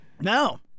No